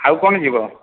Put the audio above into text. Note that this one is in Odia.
ଆଉ କ'ଣ ଯିବ